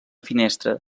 finestra